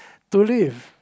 to leave